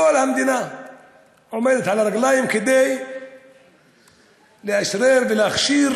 כל המדינה עומדת על הרגליים כדי לאשרר ולהכשיר